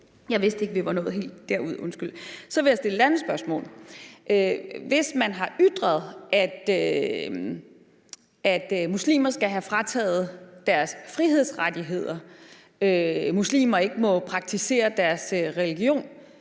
Jeg vidste ikke, vi var nået helt derud, undskyld. Så vil jeg stille et andet spørgsmål. Hvis muslimer skal have frataget deres frihedsrettigheder, og muslimer ikke må praktisere deres religion,